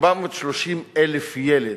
430,000 ילד,